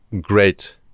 great